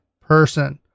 person